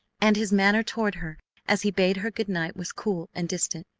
and his manner toward her as he bade her good-night was cool and distant.